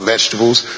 vegetables